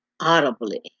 audibly